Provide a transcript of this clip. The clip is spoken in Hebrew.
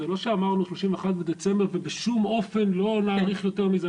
זה לא שאמרנו "31 בדצמבר ובשום אופן לא נאריך יותר מזה".